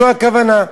זו הכוונה,